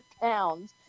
pounds